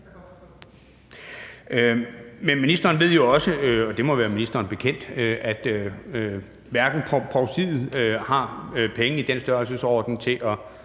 Men ministeren ved jo også – det må være ministeren bekendt – at hverken provstiet har penge i den størrelsesorden til at